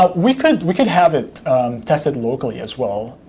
ah we could we could have it tested locally as well.